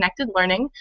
ConnectedLearning